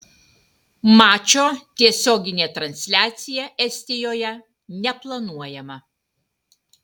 mačo tiesioginė transliacija estijoje neplanuojama